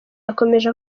yakomeje